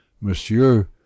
Monsieur